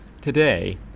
today